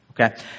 okay